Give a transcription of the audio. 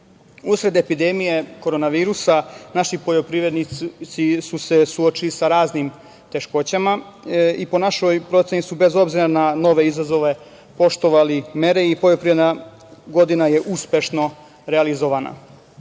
epidemija korona virusa naši poljoprivrednici su se suočili sa raznim teškoćama. Po našoj proceni su, bez obzira na nove izazove, poštovali mere i poljoprivredna godina je uspešno realizovana. Dobro